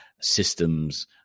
systems